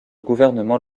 gouvernement